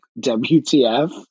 wtf